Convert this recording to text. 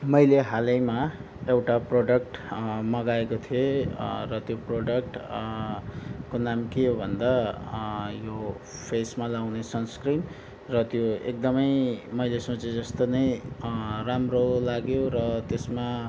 मैले हालैमा एउटा प्रडक्ट मगाएको थिएँ र त्यो प्रडक्ट नाम के हो भन्दा यो फेसमा लगाउने सनस्क्रिन र त्यो एकदमै मैले सोचेजस्तो नै राम्रो लाग्यो र त्यसमा